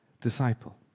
disciple